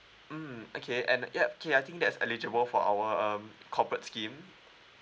mm okay and yup okay I think that's eligible for our um corporate scheme